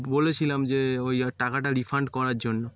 বলেছিলাম যে ওই আর টাকাটা রিফান্ড করার জন্য